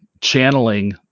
channeling